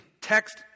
text